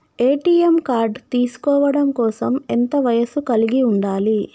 ATM card తీసుకోవడం కోసం ఎంత వయస్సు కలిగి ఉండాలి?